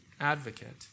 advocate